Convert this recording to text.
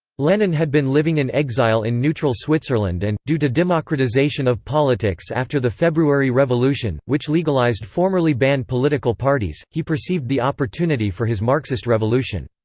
lenin had been living in exile in neutral switzerland and, due to democratization of politics after the february revolution, which legalized formerly banned political parties, he perceived the opportunity for his marxist revolution.